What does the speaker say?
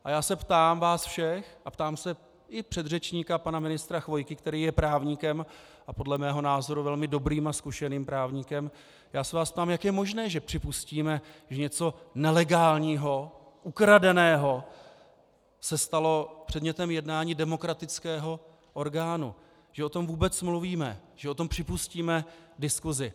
A já se ptám vás všech a ptám se i předřečníka pana ministra Chvojky, který je právníkem, a podle mého názoru velmi dobrým a zkušeným právníkem, já se vás ptám, jak je možné, že připustíme, že něco nelegálního, ukradeného se stalo předmětem jednání demokratického orgánu, že o tom vůbec mluvíme, že o tom připustíme diskuzi.